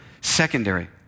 secondary